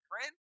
friend